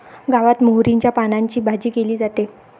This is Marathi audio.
गावात मोहरीच्या पानांची भाजी केली जाते